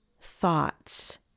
thoughts